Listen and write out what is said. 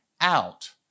out